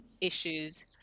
issues